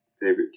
favorite